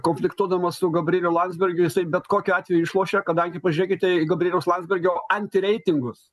konfliktuodamas su gabrieliu landsbergiu jisai bet kokiu atveju išlošia kadangi pažiūrėkite į gabrieliaus landsbergio antireitingus